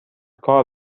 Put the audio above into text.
کار